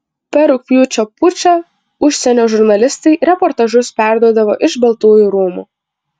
per rugpjūčio pučą užsienio žurnalistai reportažus perduodavo iš baltųjų rūmų